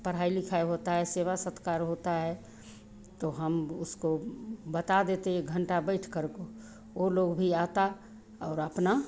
पढ़ाई लिखाई होती है सेवा सत्कार होता है तो हम उसको बता देते एक घण्टा बैठ करको वह लोग भी आता और अपना